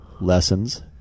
Lessons